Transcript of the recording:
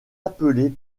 appelée